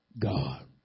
God